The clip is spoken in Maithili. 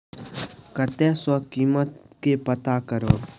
कतय सॅ कीमत के पता करब?